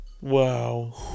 Wow